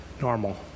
normal